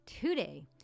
today